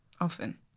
often